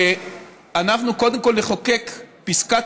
שאנחנו קודם כול נחוקק פסקת